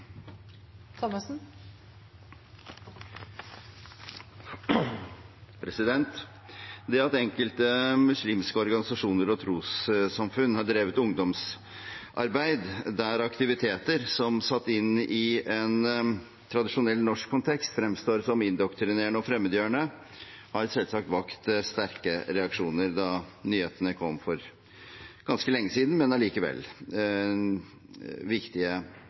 han refererte til. Det at enkelte muslimske organisasjoner og trossamfunn har drevet ungdomsarbeid der aktiviteter som – satt inn i en tradisjonell norsk kontekst – fremstår som indoktrinerende og fremmedgjørende, vakte selvsagt sterke reaksjoner da nyheten kom. Det er ganske lenge siden, men allikevel; det er viktige